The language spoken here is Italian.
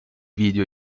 video